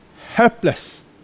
helpless